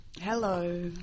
Hello